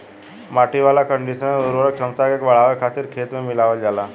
माटी वाला कंडीशनर उर्वरक क्षमता के बढ़ावे खातिर खेत में मिलावल जाला